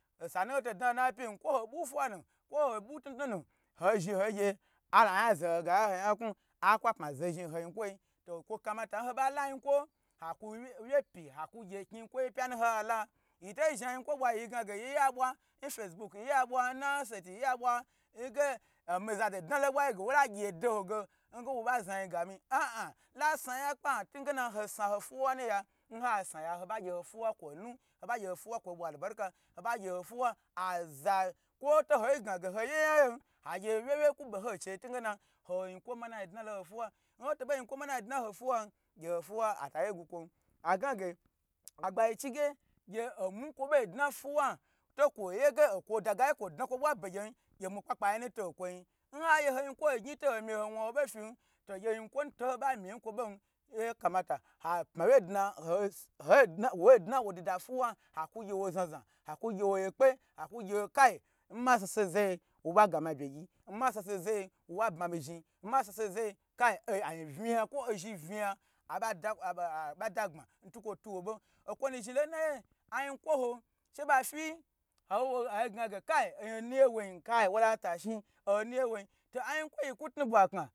Osonu ho to dwa lo na pyin kwo ho ba ntutnu ho zhi ho gye anayan zo ho gaya nho yanku apma zo zhni nho yin kwo yin to kwo kamata nho ba layi kwo ha ku wye pe ha ku gye kni yinkwo yinunhoye hala, yito zhan yin kwo bwa yi gna ge yi ye ya bwa n facebook, nyci bwa nna handset nge omaza do dna bwar nge wola gye do ho nge wo ba zna yin gami a a la sna ya kpa ntugena ho sna ho fuwa nuya nha sna ya ho ba gye ho fuwa kwo nu, ho ba gye ho fuwa kwo bwa arberika ho ba gye ho fuwa aza kwo to ha gna ge ho ye yan yan ha wye wye yi ku bo ho chei ntungena ho yinkwo manayi dna loho fuwa nhotobo yinkwo manayi dna ho fuwan nho fuwa afa ye gukwon agna ge agbagyi chige omu kwobo dna fuwa to kwo ye ge okwo dagayi kwo dna kwo bwa nbegyen omu kpa kpa yi nu to nkwoyin nha gye hoyin kwo gyn to homi ho wan wo bo fin to gye yinkwo nu to nho ba mi n kwo bomn hai kamata hapma wye dna hois ho dn woi dna wo da da fiwa akugye wo zna zna haka gye woye kpe ha kugye kayi nma sase n zayeyi woba gwni abme gye, nma sase zayeyi wo ba bma mi zhni nma sase zo yi ayin vna kwo ozhn vna abada abadagbma ntukwo tu nwobo nkwonu zhni lo naye ayin kwo ho she ba fi awe ayi gna ge anuye woyin wola tashin onu ye won to ayin kwa yi ku tnu bwa kna